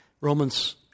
Romans